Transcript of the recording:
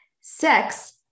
sex